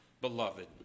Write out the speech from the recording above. beloved